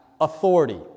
authority